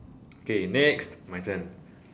okay next my turn